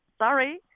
sorry